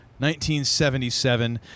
1977